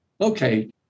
Okay